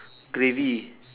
gravy